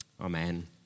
amen